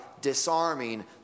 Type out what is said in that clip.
disarming